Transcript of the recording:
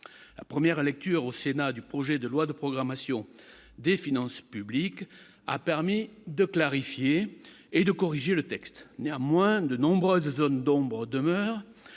la première lecture au Sénat du projet de loi de programmation des finances publiques a permis de clarifier et de corriger le texte, néanmoins, de nombreuses zones d'ombre demeurent,